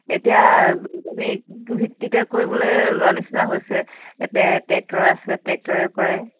এতিয়া বৈঞানিক ভিত্তিতে কৰিবলৈ লোৱাৰ নিচিনা হৈছে এতে ট্ৰেক্টৰ আছে ট্ৰেক্টৰে কৰে